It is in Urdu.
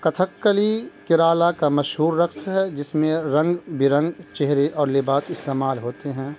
کتھک کلی کیرلا کا مشہور رقص ہے جس میں رنگ برنگ چہرے اور لباس استعمال ہوتے ہیں